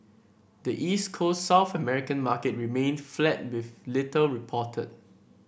the East Coast South American market remained flat with little reported